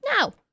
No